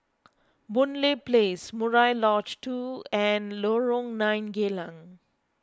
Boon Lay Place Murai Lodge two and Lorong nine Geylang